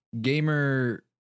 Gamer